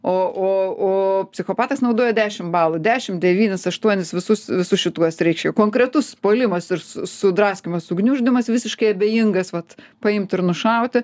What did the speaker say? o o o psichopatas naudoja dešim balų dešim devynis aštuonis visus visus šituos reiškia konkretus puolimas ir su sudraskymas sugniuždymas visiškai abejingas vat paimt ir nušauti